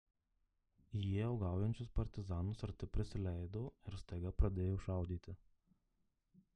jie uogaujančius partizanus arti prisileido ir staiga pradėjo šaudyti